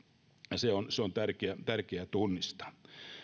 se on se on tärkeä tärkeä tunnistaa